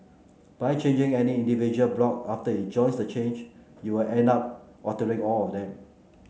by changing any individual block after it joins the chain you'll end up altering all of them